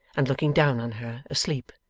and looking down on her, asleep.